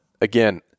again